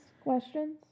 questions